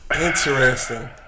interesting